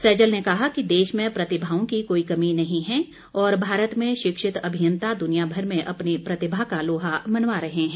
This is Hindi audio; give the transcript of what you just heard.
सैजल ने कहा कि देश में प्रतिभाओं की कोई कमी नहीं है और भारत में शिक्षित अभियंता दुनिया भर में अपनी प्रतिभा का लोहा मनवा रहे हैं